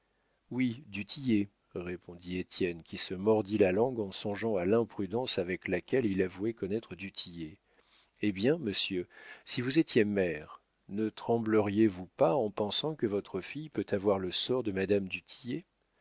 oui du tillet répondit étienne qui se mordit la langue en songeant à l'imprudence avec laquelle il avouait connaître du tillet eh bien monsieur si vous étiez mère ne trembleriez vous pas en pensant que votre fille peut avoir le sort de madame